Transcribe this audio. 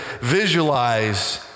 visualize